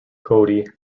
cody